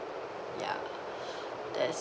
ya that's